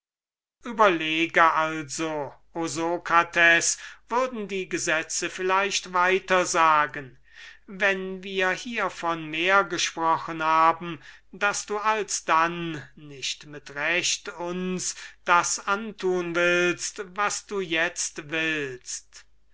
überlege also o sokrates würden die gesetze vielleicht weiter sagen wenn wir hiervon mehr gesprochen haben daß du alsdann nicht mit recht uns das antun willst was du jetzt willst